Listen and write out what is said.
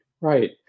Right